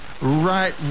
right